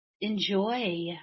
enjoy